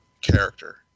character